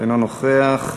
אינו נוכח,